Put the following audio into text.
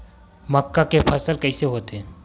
मक्का के फसल कइसे होथे?